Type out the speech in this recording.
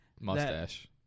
Mustache